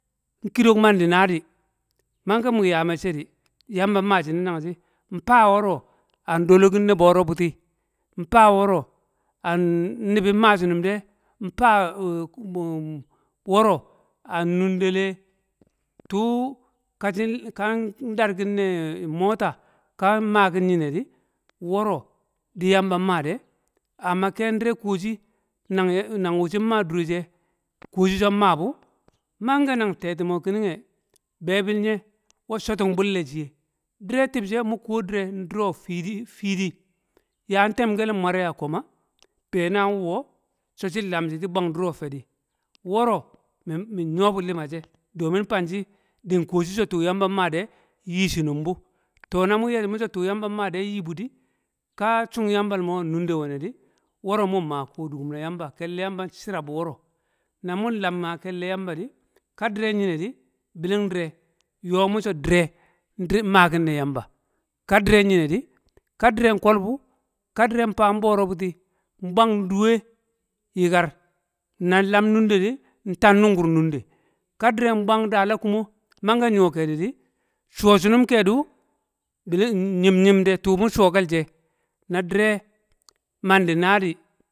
Nkidok mandi naa di, mange wmi ya mecce di, yamba nmaa shine nan shi nfaa woro an dolo kim ne boro buti, nfaa woro an- nnibi nmaa shinum de, nfaa woro an nundel ē tuu ka shin kan dad kin ne mota kan makin nyine di, woro di yamba nma de to, amma ken dire kuwo shi, nang wu- nang wu shin ma dure she, kuwo shi son ma bu, mange nang tetumo kining ngye, bebil nye we shotung bulle shiye, dire tibshe mu kuwo dire ndure fiidi fiidi yan temkel wmare a ngama, be nan wuwo, so shin lam shi shi bwang duro fedi. Woro mi- min nyo bu lima she, domin fan shi din kuwo shi se tuu yamba nmade nyi shinum bu. Na mu ye shi mu so tuu yamba nmaa de nyibu di, ka chung yambal mo an nunde wene di, woro mun ma kodukum na yamba, kelle yamba n shira bu woro, na mun lam maa kelle yamba di, ke dire nyino di bihina dire, yo mu so dire, ndri nmakim ne yamba, ka dire nyine di, ka dire nkol bu, ka dire nfaan boro buti nbwang nduwe, yikar, nan lam nunde nta nnungur nunde, ka dire bwang ndala kumo mange nyo kedi di, cuwo shi num kedi di, cuwo shi num kedi wu di yim yim de tuu mu cuwo kel she, na dire mandi naa di,